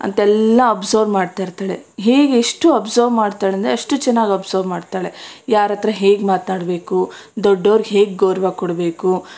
ಅಂತೆಲ್ಲ ಅಬ್ಸರ್ವ್ ಮಾಡ್ತಾ ಇರ್ತಾಳೆ ಹೇಗೆ ಎಷ್ಟು ಅಬ್ಸರ್ವ್ ಮಾಡ್ತಾಳೆ ಅಂದರೆ ಅಷ್ಟು ಚೆನ್ನಾಗಿ ಅಬ್ಸರ್ವ್ ಮಾಡ್ತಾಳೆ ಯಾರ ಹತ್ರ ಹೇಗೆ ಮಾತಾಡಬೇಕು ದೊಡ್ಡವ್ರ್ಗೆ ಹೇಗೆ ಗೌರವ ಕೊಡಬೇಕು